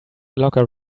locker